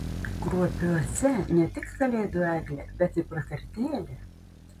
kruopiuose ne tik kalėdų eglė bet ir prakartėlė